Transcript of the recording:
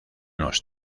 los